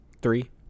Three